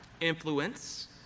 influence